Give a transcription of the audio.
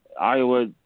Iowa